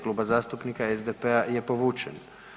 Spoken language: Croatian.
Klub zastupnika SDP-a je povučen.